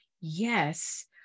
Yes